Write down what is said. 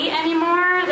anymore